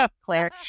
Claire